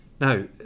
Now